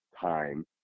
time